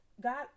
God